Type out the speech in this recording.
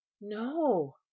no